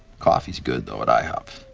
coffee is good though, at ihop. oh,